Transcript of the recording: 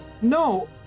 No